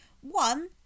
one